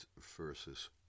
versus